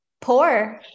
poor